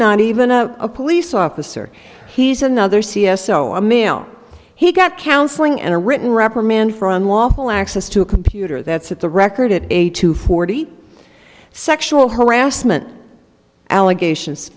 not even a police officer he's another c s o a male he got counseling and a written reprimand from lawful access to a computer that's at the record of a two forty sexual harassment allegations